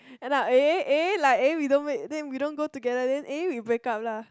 end up eh eh like eh we don't wait we don't go together then we break up lah